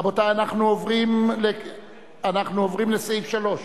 רבותי, אנחנו עוברים לסעיף 3,